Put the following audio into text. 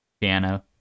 Piano